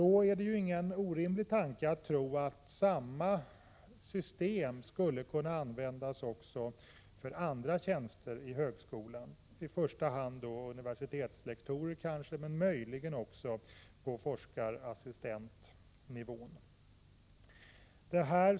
Det är då ingen orimlig tanke att samma system skulle kunna användas också för andra tjänster i högskolan, i första hand universitetslektorer men möjligen också på forskarassistentnivå.